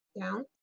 down